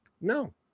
no